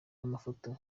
amafoto